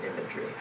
imagery